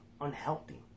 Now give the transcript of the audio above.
Unhealthy